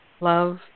love